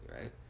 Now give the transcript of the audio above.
right